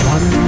One